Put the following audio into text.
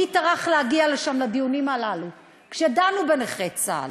מי טרח להגיע לשם לדיונים הללו כשדנו בנכי צה"ל.